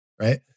right